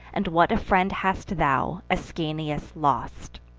and what a friend hast thou, ascanius, lost!